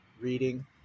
reading